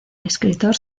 escritor